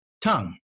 tongue